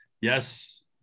Yes